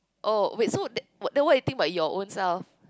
oh wait so th~ then what you think about your own self